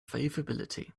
favorability